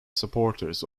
supporters